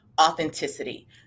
authenticity